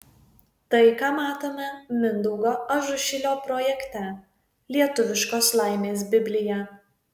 tai ką matome mindaugo ažušilio projekte lietuviškos laimės biblija